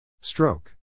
Stroke